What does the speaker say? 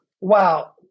wow